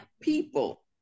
people